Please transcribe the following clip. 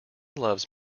loves